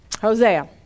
Hosea